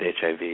HIV